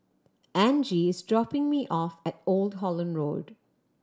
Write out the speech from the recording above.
Angie is dropping me off at Old Holland Road